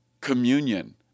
communion